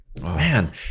man